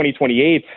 2028